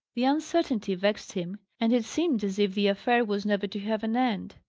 the uncertainty vexed him, and it seemed as if the affair was never to have an end.